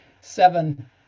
seven